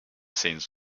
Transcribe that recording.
scenes